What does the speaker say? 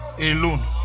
alone